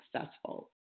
successful